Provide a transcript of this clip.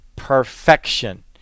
perfection